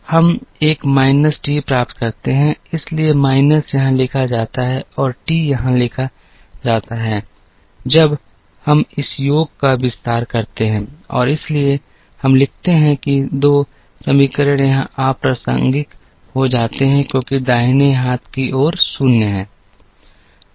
तो हम एक माइनस t प्राप्त करते हैं इसलिए माइनस यहाँ लिखा जाता है और टी यहाँ लिखा जाता है अब हम इस योग का विस्तार करते हैं और इसलिए हम लिखते हैं कि 2 समीकरण यहाँ अप्रासंगिक हो जाते हैं क्योंकि दाहिने हाथ की ओर 0 है